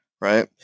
Right